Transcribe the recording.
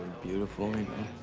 beautiful, and